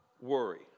worry